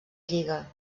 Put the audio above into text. lliga